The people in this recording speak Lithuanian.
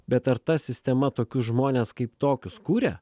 bet ar ta sistema tokius žmones kaip tokius kuria